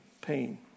pain